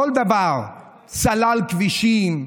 כל דבר: סלל כבישים,